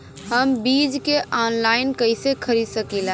हम बीज के आनलाइन कइसे खरीद सकीला?